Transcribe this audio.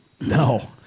no